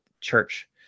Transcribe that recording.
church